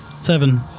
Seven